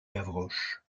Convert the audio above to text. gavroche